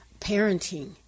parenting